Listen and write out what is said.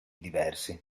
diversi